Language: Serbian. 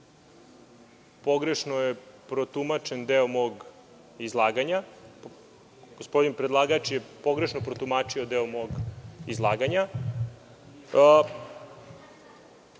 Pogrešno je protumačen deo mog izlaganja. Gospodin predlagač je pogrešno protumačio deo mog izlaganja